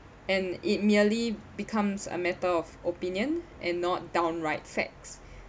and it merely becomes a matter of opinion and not downright facts